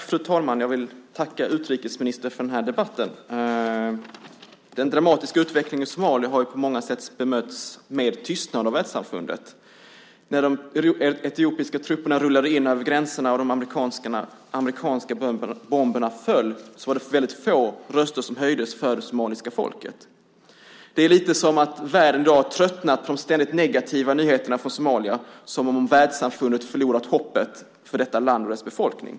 Fru talman! Jag vill tacka utrikesministern för den här debatten. Den dramatiska utvecklingen i Somalia har ju på många sätt bemötts med tystnad av världssamfundet. När de etiopiska trupperna rullade in över gränserna och de amerikanska bomberna föll var det väldigt få röster som höjdes för det somaliska folket. Det är som om världen i dag tröttnat på de ständigt negativa nyheterna från Somalia. Det är som om världssamfundet har förlorat hoppet för detta land och dess befolkning.